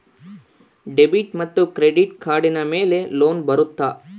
Debit ಮತ್ತು credit ಕಾರ್ಡಿನ ಮೇಲೆ ಲೋನ್ ಬರುತ್ತಾ?